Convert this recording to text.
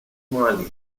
malí